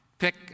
Pick